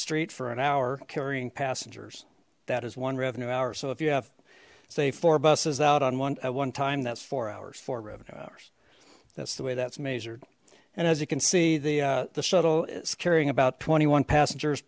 street for an hour carrying passengers that is one revenue hour so if you have say four buses out on one at one time that's four hours for revenue hours that's the way that's measured and as you can see the the shuttle is carrying about twenty one passengers